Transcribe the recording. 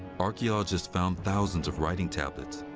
archaeologists found thousands of writing tablets.